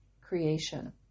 creation